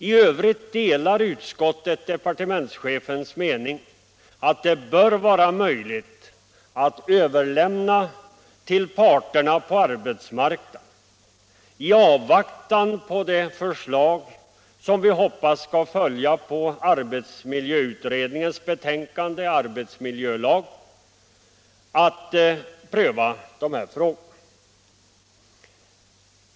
I övrigt delar utskottet departementschefens mening att det bör vara möjligt att överlämna till parterna på arbetsmarknaden, i avvaktan på det förslag vi hoppas skall följa på arbetsmiljöutredningens betänkande Arbetsmiljölag, att pröva de här frågorna.